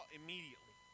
immediately